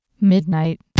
Midnight